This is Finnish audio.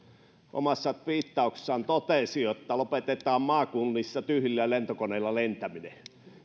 omassa tviittauksessaan totesi että lopetetaan maakunnissa tyhjillä lentokoneilla lentäminen